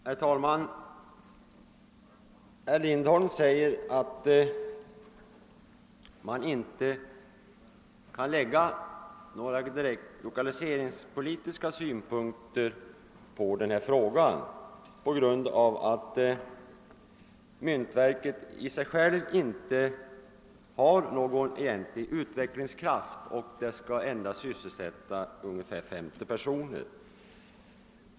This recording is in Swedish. Herr talman! Herr Lindholm framhöll att man inte direkt kan anlägga lokaliseringspolitiska synpunkter på denna fråga, eftersom myntverket i sig självt inte har någon egentlig utvecklingskraft och endast skall sysselsätta ungefär 50 personer.